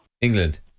England